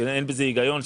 שאין בזה הגיון,